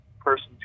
person